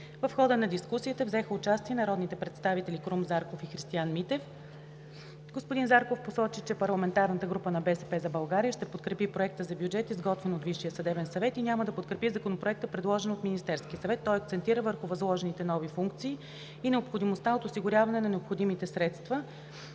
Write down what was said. В хода на дискусията взеха участие народните представители Крум Зарков и Христиан Митев. Господин Зарков посочи, че парламентарната група на „БСП за България“ ще подкрепи Проекта за бюджет, изготвен от Висшия съдебен съвет, и няма да подкрепи Законопроекта, предложен от Министерския съвет. Той акцентира върху възложените нови функции и необходимостта от осигуряването на необходимите средства.